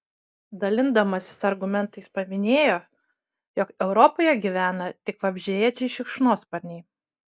dalindamasis argumentais paminėjo jog europoje gyvena tik vabzdžiaėdžiai šikšnosparniai